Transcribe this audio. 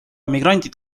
migrandid